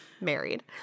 married